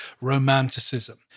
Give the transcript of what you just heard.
romanticism